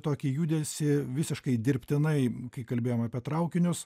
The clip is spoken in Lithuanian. tokį judesį visiškai dirbtinai kai kalbėjom apie traukinius